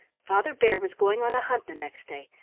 father bear was going on a hunt the next day,